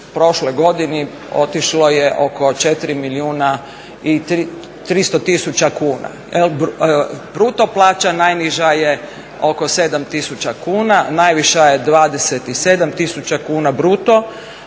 u prošloj godini otišlo je oko 4 milijuna i 300 tisuća kuna. Bruto plaća najniža je oko 7000 kuna, najviša je 27000 kuna bruto,